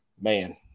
man